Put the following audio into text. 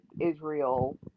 israel